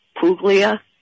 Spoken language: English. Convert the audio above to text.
Puglia